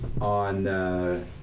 on